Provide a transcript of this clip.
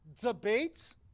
debates